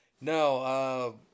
No